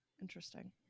interesting